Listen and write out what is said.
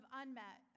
unmet